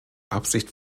absicht